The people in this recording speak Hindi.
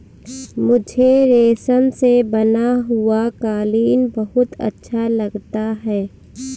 मुझे रेशम से बना हुआ कालीन बहुत अच्छा लगता है